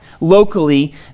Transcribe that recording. locally